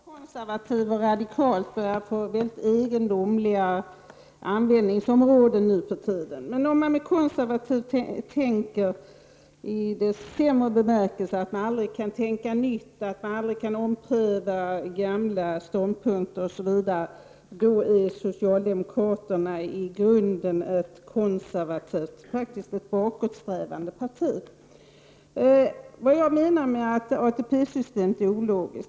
Herr talman! Orden konservativ och radikal börjar få mycket egendomliga användningsområden nu för tiden. Om man med ordet konservativ i dess sämre bemärkelse menar att aldrig kunna tänka nytt, att aldrig kunna ompröva gamla ståndpunkter osv., då är socialdemokraterna i grunden ett konservativt, ja, faktiskt ett bakåtsträvande parti. Vad menar jag med att ATP-systemet är ologiskt?